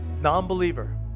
Non-believer